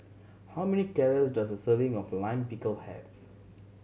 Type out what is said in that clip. how many calorie does a serving of Lime Pickle have